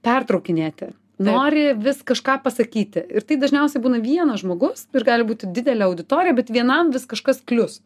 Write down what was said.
pertraukinėti nori vis kažką pasakyti ir tai dažniausiai būna vienas žmogus ir gali būti didelė auditorija bet vienam vis kažkas klius